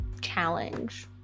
challenge